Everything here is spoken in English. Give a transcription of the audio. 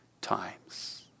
times